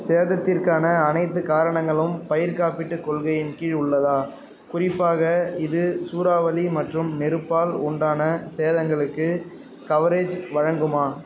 சேதத்திற்கான அனைத்து காரணங்களும் பயிர் காப்பீட்டுக் கொள்கையின் கீழ் உள்ளதா குறிப்பாக இது சூறாவளி மற்றும் நெருப்பால் உண்டான சேதங்களுக்கு கவரேஜ் வழங்குமா